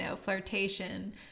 flirtation